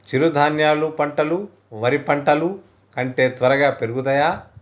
చిరుధాన్యాలు పంటలు వరి పంటలు కంటే త్వరగా పెరుగుతయా?